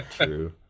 true